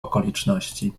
okoliczności